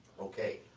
okay,